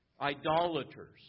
Idolaters